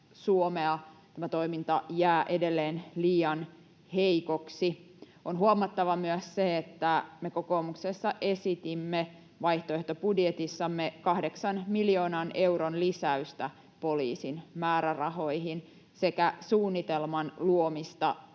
Suomea tämä toiminta jää edelleen liian heikoksi. On huomattava myös se, että me kokoomuksessa esitimme vaihtoehtobudjetissamme kahdeksan miljoonan euron lisäystä poliisin määrärahoihin sekä suunnitelman luomista sille,